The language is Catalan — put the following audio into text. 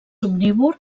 omnívor